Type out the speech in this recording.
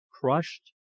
Crushed